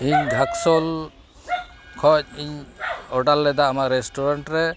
ᱤᱧ ᱫᱷᱟᱠᱥᱚᱞ ᱠᱷᱚᱡ ᱤᱧ ᱚᱰᱟᱨ ᱞᱮᱫᱟ ᱟᱢᱟᱜ ᱨᱮᱥᱴᱩᱨᱮᱱᱴ ᱨᱮ